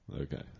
Okay